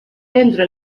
entro